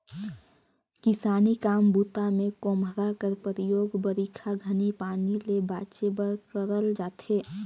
किसानी काम बूता मे खोम्हरा कर परियोग बरिखा घनी पानी ले बाचे बर करल जाथे